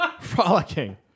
frolicking